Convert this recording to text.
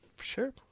Sure